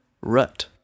rut